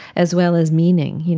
as well as meaning, you know